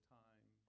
time